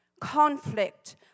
conflict